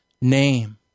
name